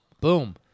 boom